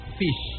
fish